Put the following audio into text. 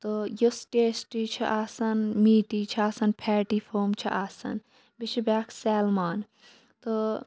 تہٕ یُس ٹیسٹی چھِ آسان میٖٹی چھِ آسان پھیٹی فام چھِ آسان بیٚیہِ چھِ بیٛاکھ سیلمان تہٕ